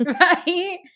Right